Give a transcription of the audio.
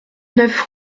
neuf